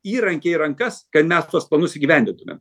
įrankiai į rankas kad mes tuos planus įgyvendintume